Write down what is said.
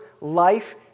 life